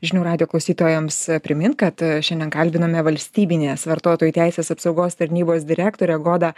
žinių radijo klausytojams primint kad šiandien kalbinome valstybinės vartotojų teisės apsaugos tarnybos direktorę godą